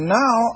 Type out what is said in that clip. now